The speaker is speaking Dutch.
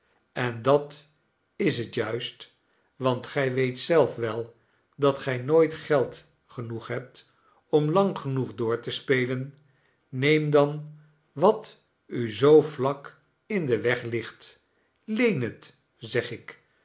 en dat is het juist want gij weet zelf wel dat gij nooit geld genoeg hebt om lang genoeg door te spelen neem dan wat u zoo vlak in den weg ligt leen het zeg ik